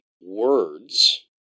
words